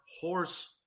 horse